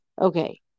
okay